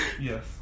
yes